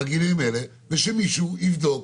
בגילאים האלה, ושמישהו יבדוק